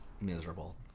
miserable